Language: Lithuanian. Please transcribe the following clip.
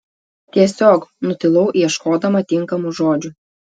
tiesiog nutilau ieškodama tinkamų žodžių